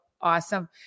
awesome